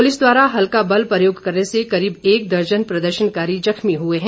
police द्वारा हल्का बल प्रयोग करने से करीब एक दर्जन प्रदर्शनकारी जख्मी हुए हैं